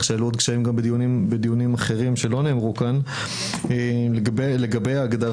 שעלו עוד קשיים בדיונים אחרים שלא נאמרו כאן לגבי ההגדרה.